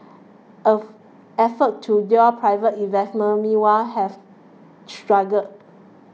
F efforts to lure private investment meanwhile have struggled